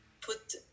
put